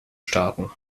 starten